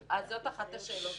זאת אחת השאלות.